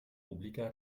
publica